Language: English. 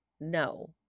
No